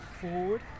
forward